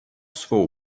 svou